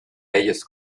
bellos